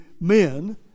men